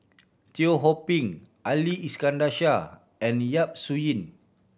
Teo Ho Pin Ali Iskandar Shah and Yap Su Yin